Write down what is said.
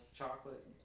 chocolate